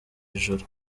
ijuru